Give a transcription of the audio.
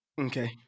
Okay